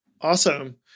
Awesome